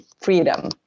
freedom